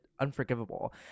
unforgivable